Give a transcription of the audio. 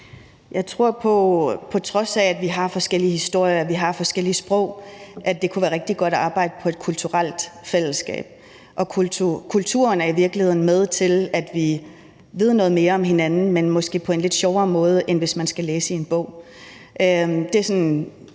det, på trods af at vi har forskellig historie og vi har forskellige sprog, kunne være rigtig godt at arbejde på et kulturelt fællesskab. Kulturen er i virkeligheden med til, at vi lærer noget mere om hinanden, men måske på en lidt sjovere måde, end hvis man skal læse det i en bog.